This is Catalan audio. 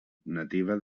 nativa